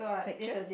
picture